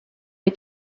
les